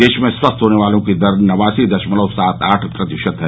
देश में स्वस्थ होने वालों की दर नवासी दशमलव सात आठ प्रतिशत है